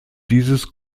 dieses